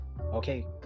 okay